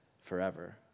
forever